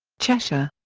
cheshire.